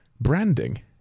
branding